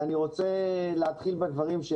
ואני רוצה להתחיל בדברים.